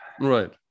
Right